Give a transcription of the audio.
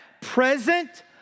present